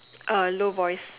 uh low voice